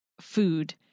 food